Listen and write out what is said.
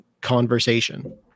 conversation